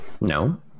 No